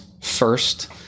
first